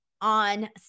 on